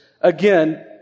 again